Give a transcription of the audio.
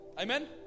amen